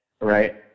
Right